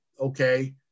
okay